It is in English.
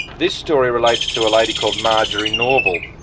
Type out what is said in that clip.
this story relates to a lady called marjorie norval.